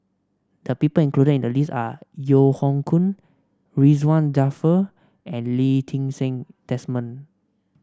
the people included in the list are Yeo Hoe Koon Ridzwan Dzafir and Lee Ti Seng Desmond